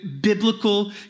biblical